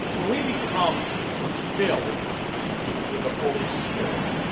when we become filled with the holy spirit,